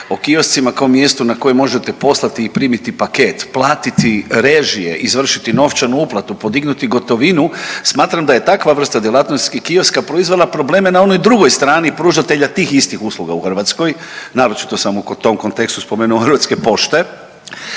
o kioscima kao mjestu na kojem možete poslati i primiti paket, platiti režije, izvršiti novčanu uplatu, podignuti gotovinu. Smatram da je takva vrsta djelatnosti kioska proizvela probleme na onoj drugoj strani pružatelja tih istih usluga u Hrvatskoj. Naročito sam u tom kontekstu spomenuo Hrvatske pošte.